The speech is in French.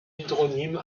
hydronyme